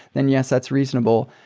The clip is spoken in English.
then yes, that's reasonable.